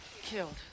Killed